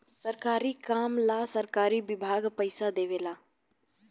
सरकारी काम ला सरकारी विभाग पइसा देवे ला